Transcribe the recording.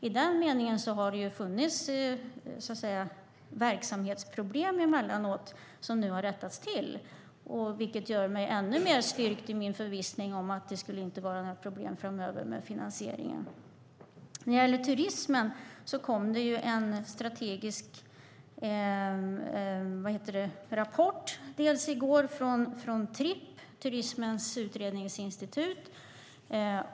I den meningen har det emellanåt funnits verksamhetsproblem, men det där har nu rättats till. Det gör mig ännu mer stärkt i min förvissning om att det framöver inte ska vara några problem med finansieringen. När det gäller turismen kom i går en strategisk rapport från TUI, Turismens utredningsinstitut.